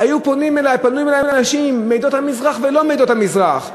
היו פונים אלי אנשים מעדות המזרח ולא מעדות המזרח,